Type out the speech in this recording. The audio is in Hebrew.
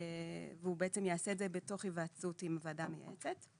והוא בעצם יעשה את זה בתוך היוועצות עם הוועדה המייעצת.